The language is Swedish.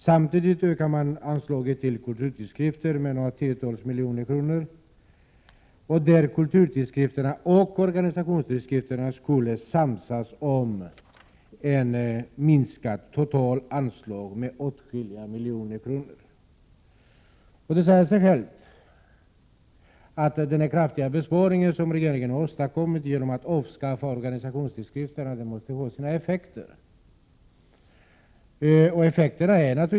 Samtidigt ökade man anslaget till kulturtidskrifter med något tiotal miljoner kronor, och kulturtidskrifterna och organisationstidskrifterna skulle samsas om ett med åtskilliga miljoner minskat totalanslag. Det säger sig självt att den kraftiga besparing som regeringen åstadkom genom att avskaffa stödet till organisationstidskrifterna måste få effekter.